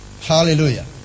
hallelujah